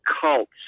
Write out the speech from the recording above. cults